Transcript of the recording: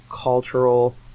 cultural